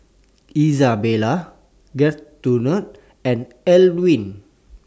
Izabelle Gertrude and Elwin